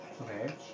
Okay